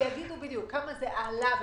שיגידו כמה זה עלה בדיעבד.